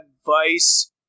advice